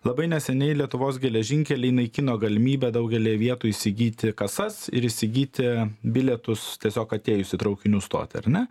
labai neseniai lietuvos geležinkeliai naikino galimybę daugelyje vietų įsigyti kasas ir įsigyti bilietus tiesiog atėjus į traukinių stotį ar ne